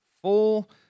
full